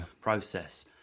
process